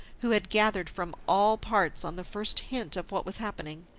who had gathered from all parts on the first hint of what was happening,